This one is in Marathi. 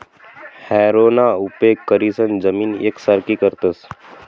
हॅरोना उपेग करीसन जमीन येकसारखी करतस